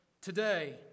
today